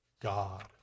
God